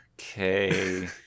okay